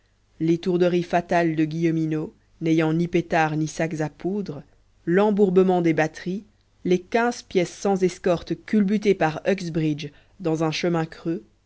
l'étourderie fatale de guilleminot n'ayant ni pétards ni sacs à poudre l'embourbement des batteries les quinze pièces sans escorte culbutées par uxbridge dans un chemin creux